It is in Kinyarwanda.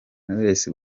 knowless